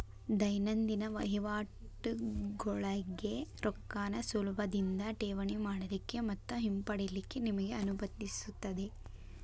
ದೈನಂದಿನ ವಹಿವಾಟಗೋಳಿಗೆ ರೊಕ್ಕಾನ ಸುಲಭದಿಂದಾ ಠೇವಣಿ ಮಾಡಲಿಕ್ಕೆ ಮತ್ತ ಹಿಂಪಡಿಲಿಕ್ಕೆ ನಿಮಗೆ ಅನುಮತಿಸುತ್ತದೆ